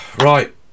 right